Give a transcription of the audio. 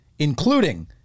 including